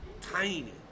tiny